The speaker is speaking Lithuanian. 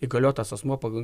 įgaliotas asmuo pagal